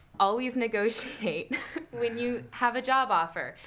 always negotiate when you have a job offer.